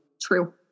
True